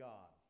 God